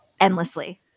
endlessly